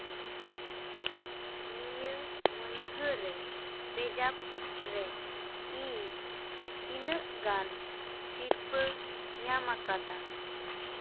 ᱱᱤᱭᱟᱹ ᱢᱟᱹᱱᱦᱟᱹᱨᱮ ᱯᱮᱡᱟᱯᱨᱮ ᱤᱧ ᱛᱤᱱᱟᱹᱜ ᱜᱟᱱ ᱥᱤᱨᱯᱟᱹᱧ ᱧᱟᱢ ᱟᱠᱟᱫᱟ